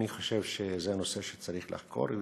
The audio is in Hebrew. אני חושב שזה נושא שצריך לחקור.